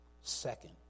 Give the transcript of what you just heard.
second